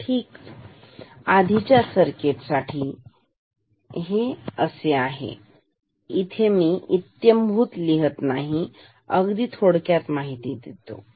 छान आपण हे केले आहे आधीच्या सर्किट साठी तर आता मी ते परत इत्यंभुत लिहत नाही मी फक्त थोडक्यात माहिती देतो